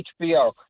HBO